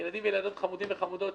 ילדים וילדות חמודים וחמודות,